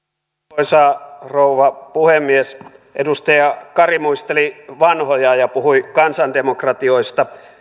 arvoisa rouva puhemies edustaja kari muisteli vanhoja ja puhui kansandemokratioista